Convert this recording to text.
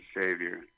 Savior